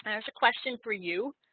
and there's a question for you,